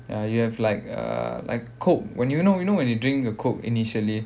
ya you have like err like Coke when you know you know when you drink a Coke initially